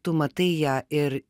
tu matai ją ir